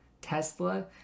tesla